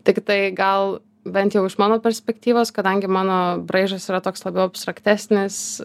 tiktai gal bent jau iš mano perspektyvos kadangi mano braižas yra toks labiau abstraktesnis